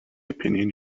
opinion